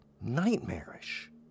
nightmarish